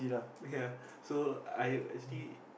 ya so I actually